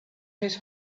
his